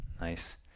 Nice